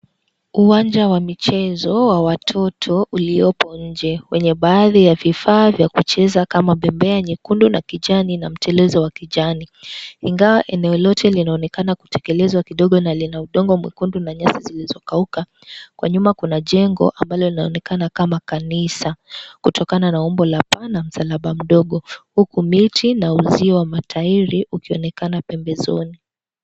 Uwanja wa michezo wa watoto uliopo nje. Kwenye baadhi ya vifaa vya kucheza kama pembea nyekundu na kijani na mtelezo wa kijani. Ingawa eneo lote linaonekana kutekelezwa kidogo na lina udongo mwekundu na nyasi zilizokauka. Kwa nyuma kuna jengo ambalo linaonekana kama kanisa, kutokana na umbo la paa msalaba mdogo. Huku miti na uzio wa matairi ukionekana pembezoni.